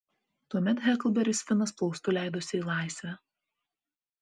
tuomet heklberis finas plaustu leidosi į laisvę